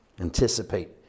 anticipate